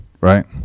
right